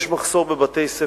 הוא לא יגיע למצב